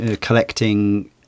collecting